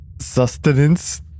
Sustenance